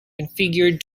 configured